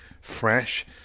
fresh